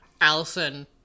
Allison